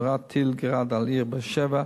נורה טיל "גראד" על העיר באר-שבע.